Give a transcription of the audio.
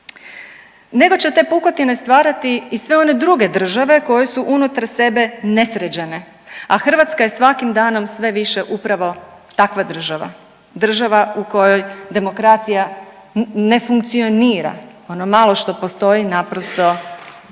nego će te pukotine stvarati i sve one druge države koje su unutar sebe nesređene, a Hrvatska je svakim danom sve više upravo takva država, država u kojoj demokracija ne funkcionira, ono malo što postoji naprosto